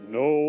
no